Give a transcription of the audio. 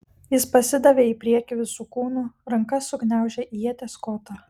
jis pasidavė į priekį visu kūnu ranka sugniaužė ieties kotą